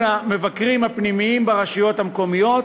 המבקרים הפנימיים ברשויות המקומיות,